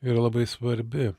yra labai svarbi